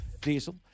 Diesel